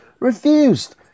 Refused